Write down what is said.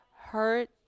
hurt